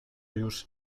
już